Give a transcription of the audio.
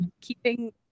keeping